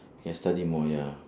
can study more ya